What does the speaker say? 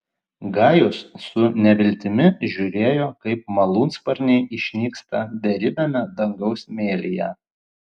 gajus su neviltimi žiūrėjo kaip malūnsparniai išnyksta beribiame dangaus mėlyje